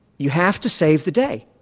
you have to save the day.